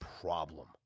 problem